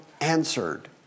answered